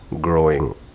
growing